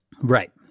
Right